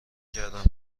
کردم